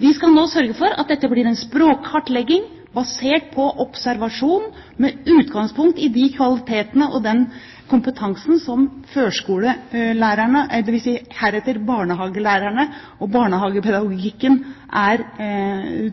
Vi skal nå sørge for at dette blir en språkkartlegging basert på observasjon, med utgangspunkt i de kvalitetene og den kompetansen som førskolelærerne, dvs. heretter barnehagelærerne, har, og som barnehagepedagogikken er